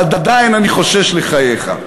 ועדיין אני חושש לחייך.